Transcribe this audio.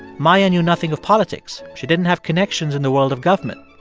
maya knew nothing of politics. she didn't have connections in the world of government.